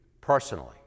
personally